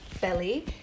belly